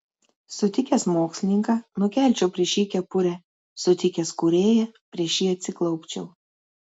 sutikęs mokslininką nukelčiau prieš jį kepurę sutikęs kūrėją prieš jį atsiklaupčiau